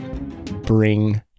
bring